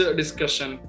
discussion